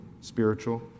spiritual